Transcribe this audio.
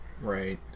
Right